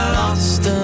lost